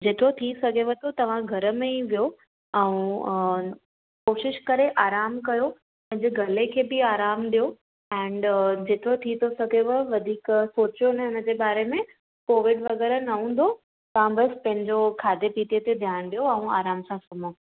जेतिरो थी सघेव थो तव्हां घर में ई विहो ऐं कोशिशि करे आराम कयो पंहिंजे गले खे बि आराम ॾियो ऐंड जेतिरो थी थो सघेव वधीक सोचो न हिन जे बारे में कोविड वग़ैरह न हूंदो तव्हां बसि पंहिंजो खाधे पीते ते ध्यानु ॾियो ऐं आराम सां सुम्हो